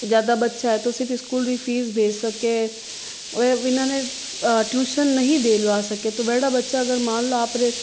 जादा बच्चा है तो सिर्फ स्कूल की फीस भेज सके वह विना ने ट्यूशन नहीं दिलवा सके तो वेडा बच्चा अगर मान लो आप रे